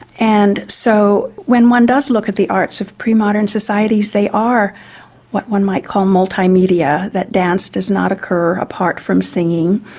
and so when one does look at the arts of pre-modern societies they are what one might call multimedia that dance does not occur apart from singing,